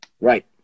Right